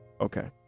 Okay